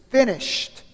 finished